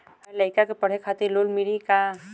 हमरे लयिका के पढ़े खातिर लोन मिलि का?